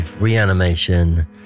Reanimation